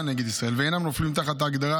נגד ישראל ואינם נופלים תחת ההגדרה